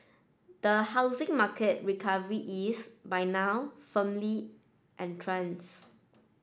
the housing market recovery is by now firmly entrenched